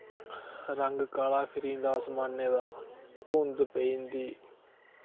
रंग काला फिरी जंदा असमाने दा धुंद पेई जंदी